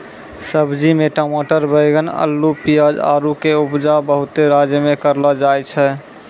सब्जी मे टमाटर बैगन अल्लू पियाज आरु के उपजा बहुते राज्य मे करलो जाय छै